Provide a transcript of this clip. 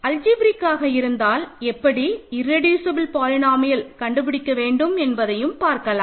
அல்ஜிப்ரேக்காக இருந்தால் எப்படி irreducible polynomial கண்டுபிடிக்க வேண்டும் என்பதையும் பார்க்கலாம்